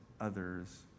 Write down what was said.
others